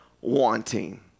wanting